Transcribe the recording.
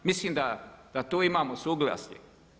Mislim da tu imamo suglasje.